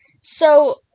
So-